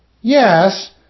Yes